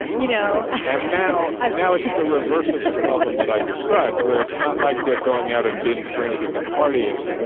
you know and now i've now it took a reversal of the and problem that i describe where it's not like they're going out and binge drinking and partying.